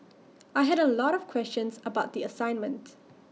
I had A lot of questions about the assignment